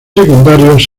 secundarios